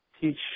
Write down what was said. teach